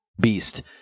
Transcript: beast